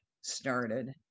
started